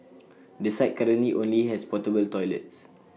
the site currently only has portable toilets